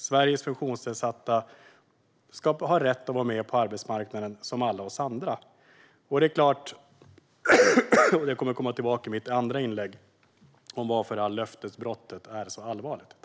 Sveriges funktionsnedsatta ska ha samma rätt som vi andra att vara med på arbetsmarknaden. Jag kommer i mitt nästa inlägg att tala om varför löftesbrottet är så allvarligt.